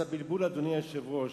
אז הבלבול, אדוני היושב-ראש,